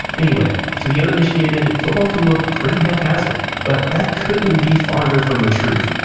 anyway, to the uninitiated, football can look pretty haphazard, but that couldn't be farther from the truth.